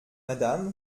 madame